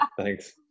thanks